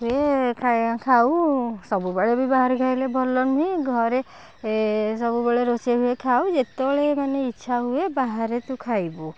ହୁଏ ଖାୟା ଖାଉ ସବୁବେଳେ ବି ବାହାରେ ଖାଇଲେ ଭଲ ନୁହେଁ ଘରେ ସବୁବେଳେ ରୋଷେଇ ହୁଏ ଖାଉ ଯେତେବେଳେ ମାନେ ଇଛା ହୁଏ ବାହାରେ ତୁ ଖାଇବୁ